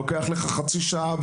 לוקח לך חצי שעה,